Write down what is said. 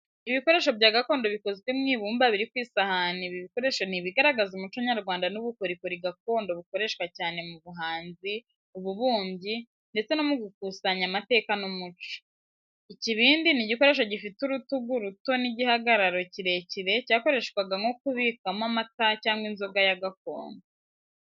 Ibikoresho bya gakondo bikozwe mu ibumba biri ku isahani ibi bikoresho ni ibigaragaza umuco nyarwanda n’ubukorikori gakondo bukoreshwa cyane mu buhanzi, ububumbyi, ndetse no mu gukusanya amateka n’umuco. Icyibindi ni igikoresho gifite urutugu ruto n'igihagararo kirekire cyakoreshwaga nko kubikamo amata cyangwa inzoga ya gakondo.